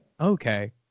Okay